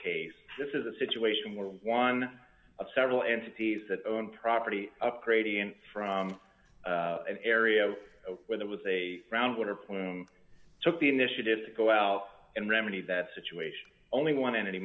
case this is a situation where one of several entities that own property upgrading from an area where there was a groundwater plume took the initiative to go out and remedy that situation only one